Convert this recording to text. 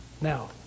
Now